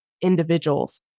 individuals